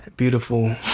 beautiful